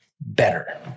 better